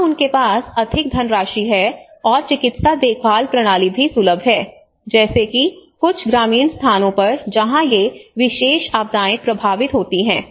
यहां उनके पास अधिक धनराशि है और चिकित्सा देखभाल प्रणाली भी सुलभ है जैसे कि कुछ ग्रामीण स्थानों पर जहाँ ये विशेष आपदाएँ प्रभावित होती हैं